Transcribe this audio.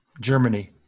germany